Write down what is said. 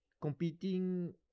competing